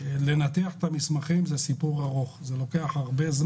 לנתח את המסמכים לוקח זמן רב.